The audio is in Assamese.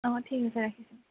অঁ ঠিক আছে ৰাখিছোঁ